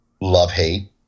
love-hate